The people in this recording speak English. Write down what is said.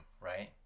right